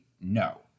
No